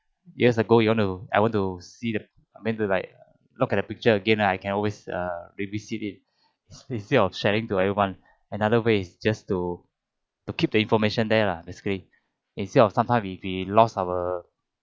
years ago you want to I want to see the I mean I want to like look at a picture again lah I can always err revisit it especially of sharing to everyone another way is just to to keep the information there lah basically instead of sometime if we lose our